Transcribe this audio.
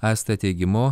asta teigimu